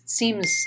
seems